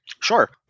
Sure